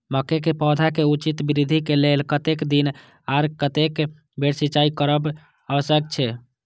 मके के पौधा के उचित वृद्धि के लेल कतेक दिन आर कतेक बेर सिंचाई करब आवश्यक छे?